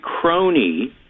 crony